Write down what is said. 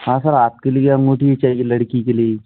हाँ सर हाथ के लिए अँगूठी चाहिए लड़की के लिए ही